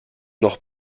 noch